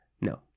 No